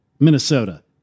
Minnesota